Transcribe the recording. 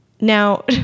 Now